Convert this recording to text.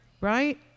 right